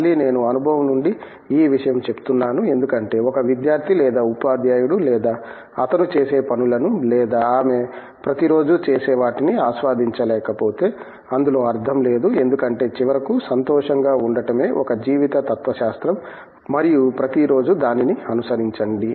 మళ్ళీ నేను అనుభవం నుండి ఈ విషయం చెప్తున్నాను ఎందుకంటే ఒక విద్యార్థి లేదా ఉపాధ్యాయుడు లేదా అతను చేసే పనులను లేదా ఆమె ప్రతిరోజూ చేసేవాటిని ఆస్వాదించలేకపోతే అందులో అర్ధం లేదు ఎందుకంటే చివరకు సంతోషంగా ఉండటమే ఒక జీవిత తత్వశాస్త్రం మరియు ప్రతిరోజూ దానిని అనుసరించండి